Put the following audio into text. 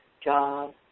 job